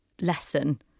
lesson